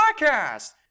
podcast